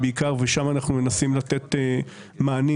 ושם אנחנו מנסים לתת מענים,